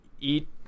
eat